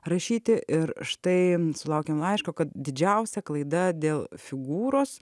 rašyti ir štai sulaukėm laiško kad didžiausia klaida dėl figūros